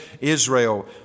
Israel